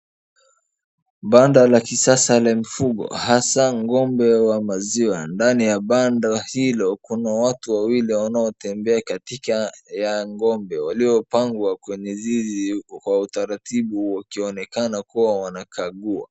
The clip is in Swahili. Banda la sasa la mfugo hasa ng,ombe ya maziwa ndani ya banda hilo kuna watu wawili wanaotembea katika ya ng'ombe waliopangwa huko kwenye zizi kwa utaratibu wakionekana kuwa wanakagua.